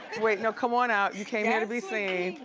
wait, now come on out, you came here to be seen.